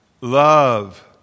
love